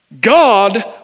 God